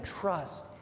trust